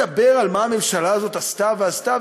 מדבר על מה הממשלה הזאת עשתה ועשתה,